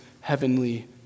heavenly